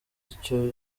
icyo